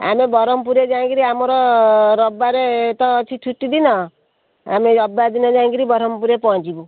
ଆମେ ବ୍ରହ୍ମପୁରରେ ଯାଇକରି ଆମର ରବିବାର ତ ଅଛି ଛୁଟିଦିନ ଆମେ ରବିବାର ଦିନ ଯାଇଁକିରି ବ୍ରହ୍ମପୁରରେ ପହଞ୍ଚିବୁ